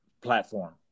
platform